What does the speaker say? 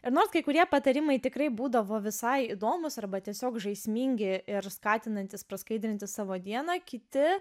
ir nors kai kurie patarimai tikrai būdavo visai įdomūs arba tiesiog žaismingi ir skatinantys praskaidrinti savo dieną kiti